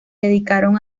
dedicaron